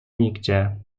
nigdzie